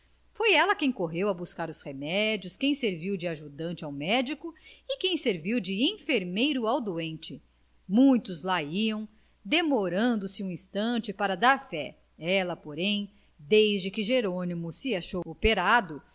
foi ela quem correu a buscar os remédios quem serviu de ajudante ao medico e quem serviu de enfermeira ao doente muitos lá iam demorando-se um instante para dar fé ela porém desde que jerônimo se achou operado